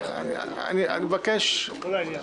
אני מבקש, זה לא לעניין.